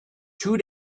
two